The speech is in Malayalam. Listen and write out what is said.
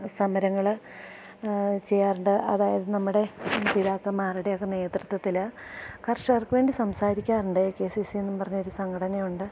സമരങ്ങള് ചെയ്യാറുണ്ട് അതായത് നമ്മുടെ പിതാക്കന്മാരുടെയൊക്കെ നേതൃത്വത്തില് കർഷകർക്ക് വേണ്ടി സംസാരിക്കാറുണ്ട് എ കെ സി സി എന്നും പറഞ്ഞൊരു സംഘടനയുണ്ട്